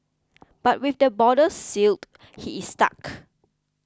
but with the borders sealed he is stuck